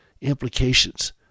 implications